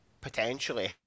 Potentially